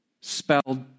spelled